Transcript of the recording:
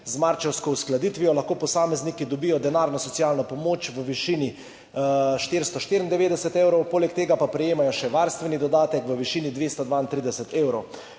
Z marčevsko uskladitvijo lahko posamezniki dobijo denarno socialno pomoč v višini 494 evrov, poleg tega pa prejemajo še varstveni dodatek v višini 232 evrov.